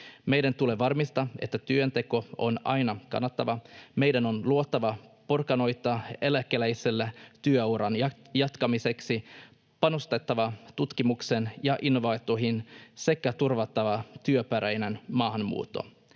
Meidän tulee varmistaa, että työnteko on aina kannattavaa. Meidän on luotava porkkanoita eläkeläisille työuran jatkamiseksi, panostettava tutkimukseen ja innovaatioihin sekä turvattava työperäinen maahanmuutto.